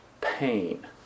pain